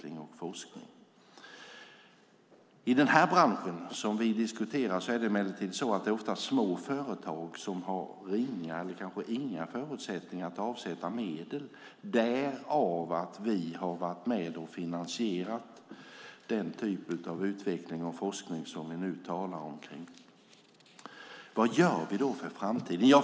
I den här branschen är emellertid företagen oftast små med ringa eller inga förutsättningar att avsätta medel. Därför har vi varit med och finansierat sådan utveckling och forskning. Vad gör vi för framtiden?